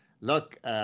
look